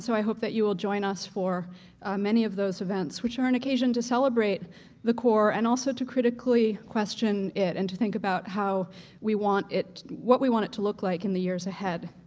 so i hope that you will join us for many of those events, which are an occasion to celebrate the core and also to critically question it and to think about how we want it what we want it to look like in the years ahead.